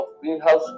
greenhouse